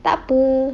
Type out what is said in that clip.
takpe